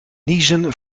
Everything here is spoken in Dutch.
niezen